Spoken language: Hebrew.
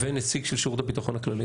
ונציג של שירות הביטחון הכללי.